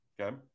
okay